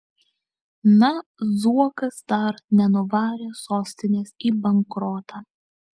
na zuokas dar nenuvarė sostinės į bankrotą